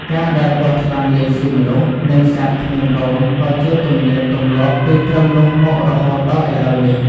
ការដែលពស់ថ្លាន់លែងស៊ីមនុស្ស និងសត្វគ្មានរោមក៏ជាទំនៀម ទំលាប់ពីត្រឹមនោះមករហូតដល់ឥឡូវនេះ ។